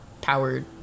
powered